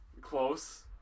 Close